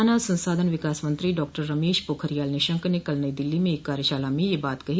मानव संसाधन विकास मंत्री डॉक्टर रमेश पोखरियाल निशंक ने कल नई दिल्ली में एक कार्यशाला में यह बात कही